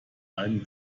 einen